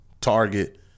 target